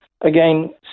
Again